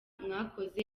mwakoze